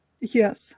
Yes